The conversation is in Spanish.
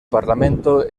parlamento